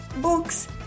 books